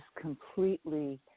completely